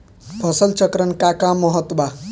फसल चक्रण क का महत्त्व बा?